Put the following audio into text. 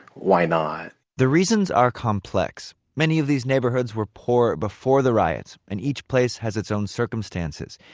why not? the reasons are complex. many of these neighborhoods were poor before the riots, and each place has its own circumstances.